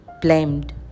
blamed